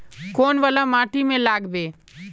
कौन वाला माटी में लागबे?